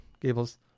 Gables